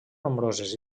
nombroses